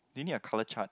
do you need a colour chart